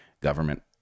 government